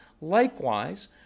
Likewise